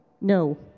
No